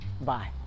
bye